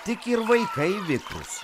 tik ir vaikai vikrūs